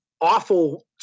awful